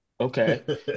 okay